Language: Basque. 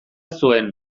zuen